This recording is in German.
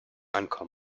ankommen